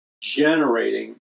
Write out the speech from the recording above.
generating